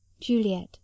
Juliet